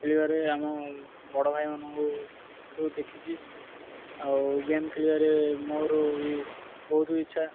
ଖେଳିବାରେ ଆମ ବଡ଼ ଭାଇ ମାନଙ୍କୁ ଠୁ ଦେଖିଛି ଆଉ ଗେମ୍ ଖେଳିବାରେ ମୋର ବି ବହୁତ ଇଚ୍ଛା